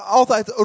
altijd